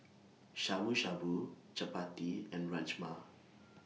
Shabu Shabu Chapati and Rajma